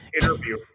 interview